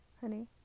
Honey